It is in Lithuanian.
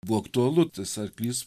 buvo aktualu tas arklys